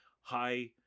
high